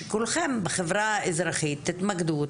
שכולכם בחברה האזרחית תתמקדו,